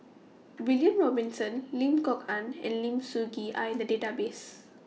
William Robinson Lim Kok Ann and Lim Soo Ngee Are in The Database